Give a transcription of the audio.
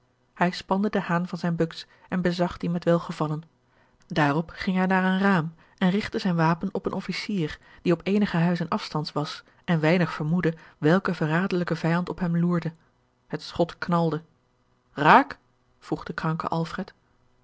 hij spande den haan van zijne buks en bezag die met welgevalgeorge een ongeluksvogel len daarop ging hij naar een raam en rigtte zijn wapen op een officier die op eenige huizen afstands was en weinig vermoedde welke verraderlijke vijand op hem loerde het schot knalde raak vroeg de kranke